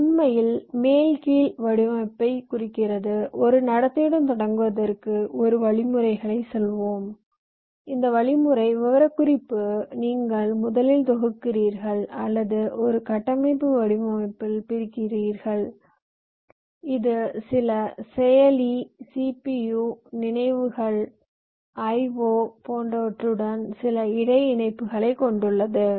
இது உண்மையில் மேல் கீழ் வடிவமைப்பைக் குறிக்கிறது ஒரு நடத்தையுடன் தொடங்குவதற்கு ஒரு வழிமுறையைச் சொல்வோம் இந்த வழிமுறை விவரக்குறிப்பு நீங்கள் முதலில் தொகுக்கிறீர்கள் அல்லது ஒரு கட்டமைப்பு வடிவமைப்பில் பிரிக்கிறீர்கள் இது சில செயலி CPU நினைவுகள் IO போன்றவற்றுடன் சில இடை இணைப்புகளைக் கொண்டுள்ளது